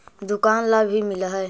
दुकान ला भी मिलहै?